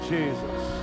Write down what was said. Jesus